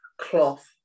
cloth